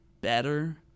better